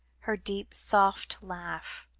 her deep soft laugh,